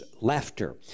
laughter